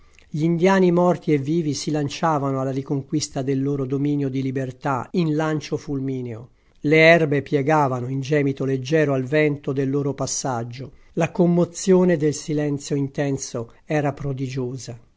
gli indiani morti e vivi si lanciavano alla riconquista del loro dominio di libertà in lancio fulmineo le erbe piegavano in gemito leggero al vento del loro passaggio la commozione del silenzio intenso era prodigiosa